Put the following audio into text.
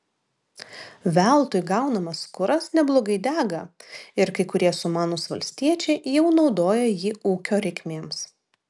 veltui gaunamas kuras neblogai dega ir kai kurie sumanūs valstiečiai jau naudoja jį ūkio reikmėms